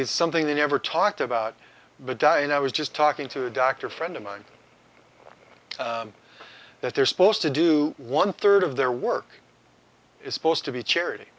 is something they never talked about but dion i was just talking to a doctor friend of mine that they're supposed to do one third of their work is supposed to be charity